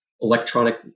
electronic